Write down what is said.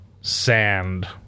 sand